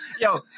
yo